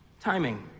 timing